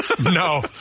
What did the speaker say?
No